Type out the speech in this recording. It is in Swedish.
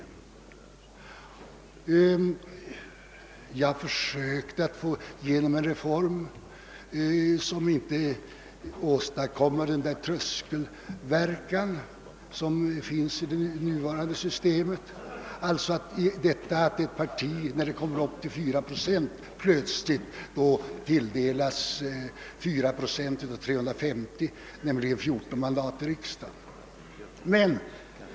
— Jag försökte att få igenom en reform som inte skulle medföra den tröskelverkan som finns i det föreslagna systemet, vilken innebär att ett parti, när det uppnår 4 procent av väljarna, plötsligt tilldelas 4 procent av 350 mandat, d. v. s. 14 mandat i riksdagen.